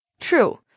True